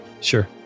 Sure